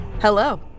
Hello